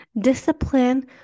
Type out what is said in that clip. Discipline